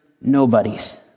nobodies